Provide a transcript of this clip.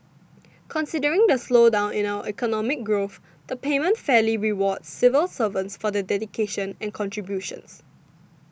considering the slowdown in our economic growth the payment fairly rewards civil servants for their dedication and contributions